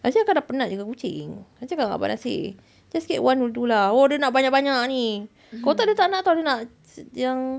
actually kakak dah penat jaga kucing kakak cakap dengan abang razif just keep one or two lah oh dia nak banyak-banyak ni kalau tak dia tak nak [tau] dia nak yang